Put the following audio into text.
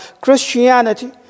Christianity